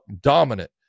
dominant